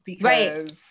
right